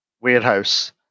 warehouse